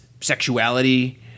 sexuality